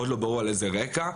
עוד לא ברור על איזה רקע,